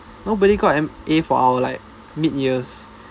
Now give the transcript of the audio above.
nobody got an A for our like mid years